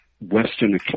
Western